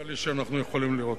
אוניברסלי שאנחנו יכולים לראות.